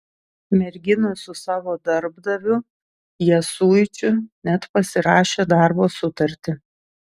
merginos su savo darbdaviu jasuičiu net pasirašė darbo sutartį